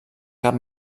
cap